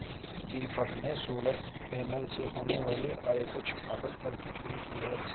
दीपक ने solar panel से होने वाली आय को छुपाकर कर की चोरी की है